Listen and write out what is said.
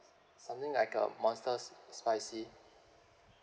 something like uh monster spicy